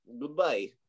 Goodbye